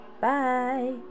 Bye